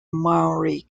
maury